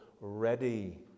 ready